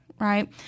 right